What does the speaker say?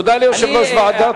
תודה ליושב-ראש ועדת,